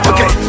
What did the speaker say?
Okay